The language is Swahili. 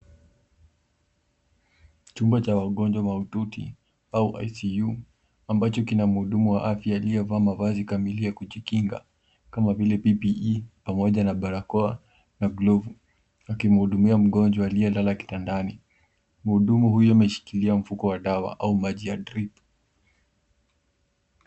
Chumba cha wagonjwa mahututi au ICU ambacho kina mhudumu wa afya aliyevaa mavazi kamili ya kujikinga kama vile PPE pamoja na barakoa na glovu akimhudumia mngonjwa aliyelala kitandani. Mhudumu huyu ameshilia mfuko wa dawa au maji ya Drip